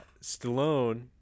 Stallone